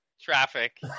traffic